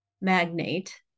magnate